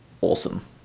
awesome